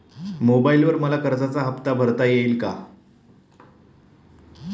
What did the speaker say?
मोबाइलवर मला कर्जाचा हफ्ता भरता येईल का?